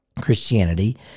Christianity